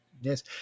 Yes